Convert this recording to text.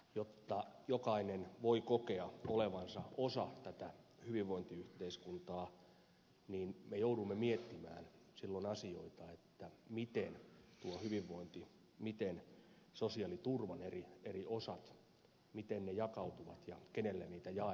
jotta jokainen voi kokea olevansa osa tätä hyvinvointiyhteiskuntaa me joudumme miettimään silloin sellaisia asioita miten tuo hyvinvointi sosiaaliturvan eri osat jakautuvat ja kenelle niitä jaetaan